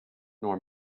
nor